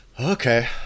Okay